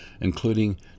including